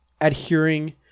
adhering